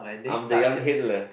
I'm the young Hitler